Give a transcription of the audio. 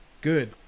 Good